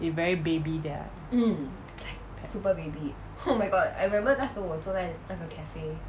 they very baby their